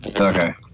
Okay